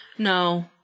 No